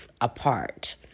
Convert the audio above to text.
apart